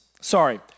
sorry